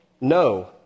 no